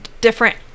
different